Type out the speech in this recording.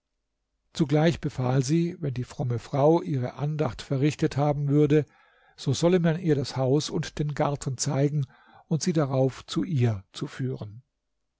zugleich befahl sie wenn die fromme frau ihre andacht verrichtete haben würde so solle man ihr das haus und den garten zeigen und sie darauf zu ihr zu führen